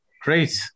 Great